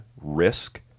Risk